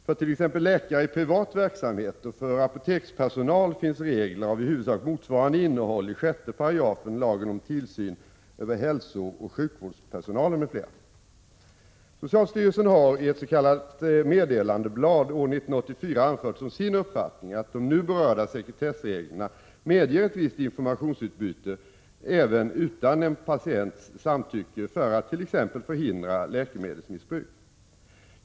För t.ex. läkare i privat verksamhet och för apotekspersonal finns regler av i huvudsak motsvarande innehåll i 6 § lagen om tillsyn över hälsooch sjukvårdspersonalen m.fl. Socialstyrelsen har i ett s.k. meddelandeblad år 1984 anfört som sin uppfattning att de nu berörda sekretessreglerna medger ett visst informationsutbyte, även utan en patients samtycke, för att t.ex. förhindra läkemedelsmissbruk.